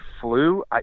flu